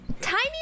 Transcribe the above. tiny